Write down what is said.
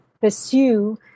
pursue